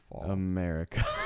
America